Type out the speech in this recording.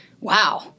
Wow